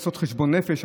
לעשות חשבון נפש,